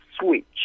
switch